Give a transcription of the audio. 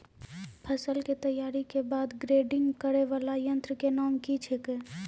फसल के तैयारी के बाद ग्रेडिंग करै वाला यंत्र के नाम की छेकै?